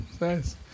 nice